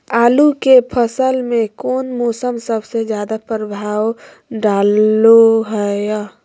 आलू के फसल में कौन मौसम सबसे ज्यादा प्रभाव डालो हय?